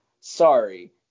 Sorry